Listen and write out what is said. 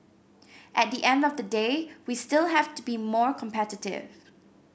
at the end of the day we still have to be more competitive